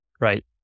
Right